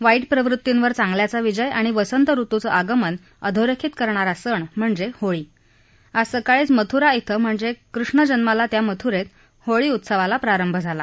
वाईट प्रवूतींवर चांगल्याचा विजय आणि वसंत ऋत्यं आगमन अधोरेखित करणारा सण म्हणजेच होळी आज सकाळीच मथ्रा इथं म्हणजेच कृष्णजन्मला त्या मथ्रेत होळी उत्सवाला प्रारंभ झाला